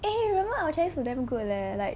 eh remember our chinese wer~ damn good leh like